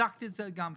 בדקתי את זה גם כן.